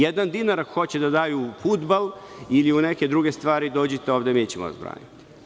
Jedan dinar ako hoće da daju u fudbal ili u neke druge stvari, dođite ovde, mi ćemo vas braniti.